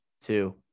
two